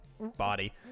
body